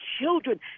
children